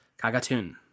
Kagatun